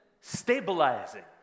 stabilizing